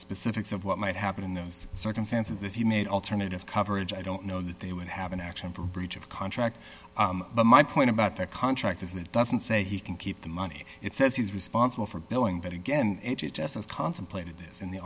specifics of what might happen in those circumstances if you made alternative coverage i don't know that they would have an action for breach of contract but my point about the contract is it doesn't say he can keep the money it says he's responsible for billing but again just as contemplated this in the